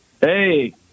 Hey